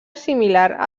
similar